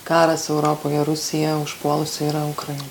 karas europoje rusija užpuolusi yra ukrainą